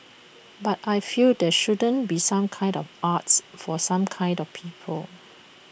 but I feel there shouldn't be some kinds of arts for some kinds of people